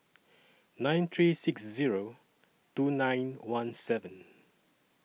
nine three six Zero two nine one seven